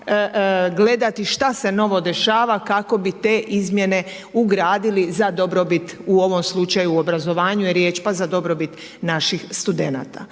gledati šta se novo dešava kako bi te izmjene ugradili za dobrobit u ovom slučaju o obrazovanju je riječ pa za dobrobit naših studenata.